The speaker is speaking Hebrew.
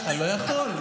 אני לא יכול.